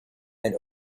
and